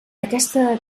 aquesta